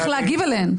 צריך להגיב עליהן.